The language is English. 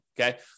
okay